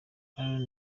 aaron